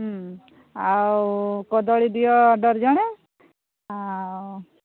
ହୁଁ ଆଉ କଦଳୀ ଦିଅ ଡଜନ ଆଉ